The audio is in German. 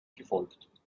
gefolgt